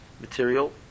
material